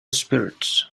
spirits